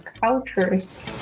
cultures